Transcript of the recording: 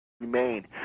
remain